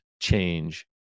change